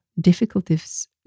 Difficulties